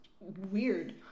weird